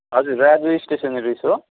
हजुर library stationeries हो